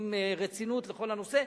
עם רצינות לכל הנושא,